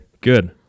Good